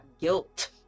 guilt